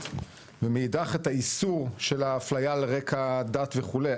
ומאידך את האיסור של אפליה על רקע דת וכו'.